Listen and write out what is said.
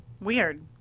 Weird